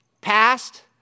Past